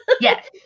Yes